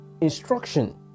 instruction